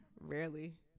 Rarely